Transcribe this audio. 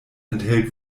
enthält